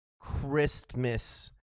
Christmas